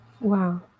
Wow